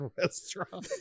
restaurant